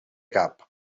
cap